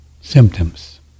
symptoms